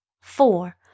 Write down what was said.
four